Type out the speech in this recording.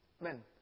Men